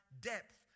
depth